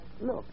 look